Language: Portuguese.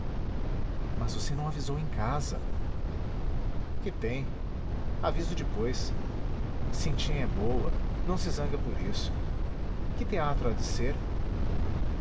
você não avisou em casa que tem aviso depois cintinha é boa não se zanga por isso que teatro há de ser